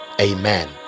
Amen